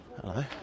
Hello